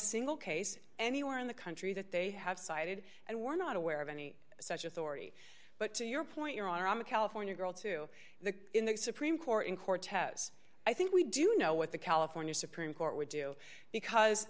single case anywhere in the country that they have cited and we're not aware of any such authority but to your point your honor i'm a california girl to the supreme court in cortez i think we do know what the california supreme court would do because